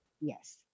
Yes